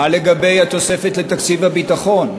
מה לגבי התוספת לתקציב הביטחון?